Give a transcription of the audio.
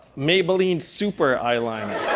maybelline super eyeliner.